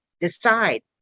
decide